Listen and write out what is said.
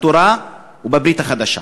בתורה ובברית החדשה,